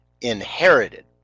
inherited